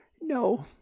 No